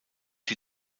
die